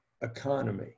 economy